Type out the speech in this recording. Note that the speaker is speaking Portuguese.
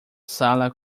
sala